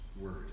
word